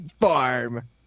Farm